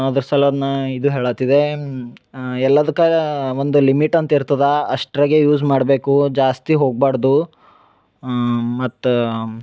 ಅದ್ರ ಸಲದ ನಾ ಇದು ಹೇಳತ್ತಿದೆ ಎಲ್ಲದಕ್ಕೆ ಒಂದು ಲಿಮಿಟ್ ಅಂತ ಇರ್ತದೆ ಅಷ್ಟ್ರಗೆ ಯೂಸ್ ಮಾಡಬೇಕು ಜಾಸ್ತಿ ಹೋಗ್ಬಾರ್ದು ಮತ್ತು